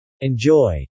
Enjoy